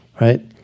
right